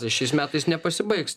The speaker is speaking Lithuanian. šiais metais nepasibaigs